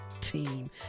team